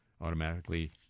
automatically